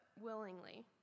willingly